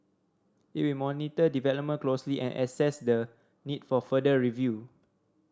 it will monitor development closely and assess the need for further review